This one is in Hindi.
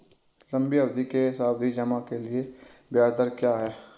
लंबी अवधि के सावधि जमा के लिए ब्याज दर क्या है?